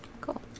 Cool